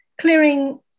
clearing